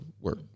work